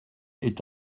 est